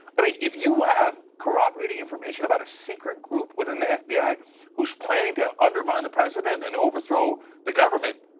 i mean if you have corroborating information about a secret group within the fbi who is planning to undermine the president and over the government,